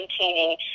maintaining